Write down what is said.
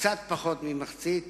קצת פחות ממחצית,